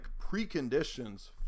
preconditions